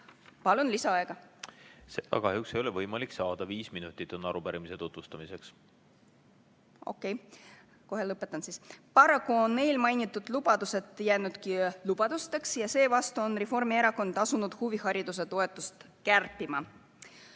kahjuks ei ole võimalik saada. Viis minutit on arupärimise tutvustamiseks. Okei, kohe lõpetan siis. Paraku on eelmainitud lubadused jäänudki lubadusteks ja seevastu on Reformierakond asunud huvihariduse toetust kärpima.